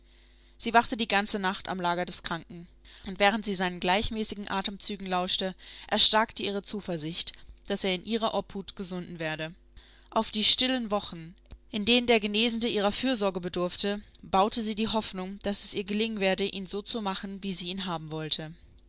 sie wachte die ganze nacht am lager des kranken und während sie seinen gleichmäßigen atemzügen lauschte erstarkte ihre zuversicht daß er in ihrer obhut gesunden werde auf die stillen wochen in denen der genesende ihrer fürsorge bedurfte baute sie die hoffnung daß es ihr gelingen werde ihn so zu machen wie sie ihn haben wollte